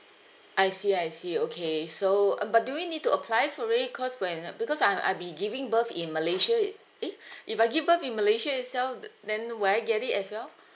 I see I see okay so uh but do we need to apply for it cause when uh because I'm I'll be giving birth in malaysia it~ eh if I give birth in malaysia itself th~ then will I get it as well